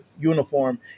uniform